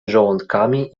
żołądkami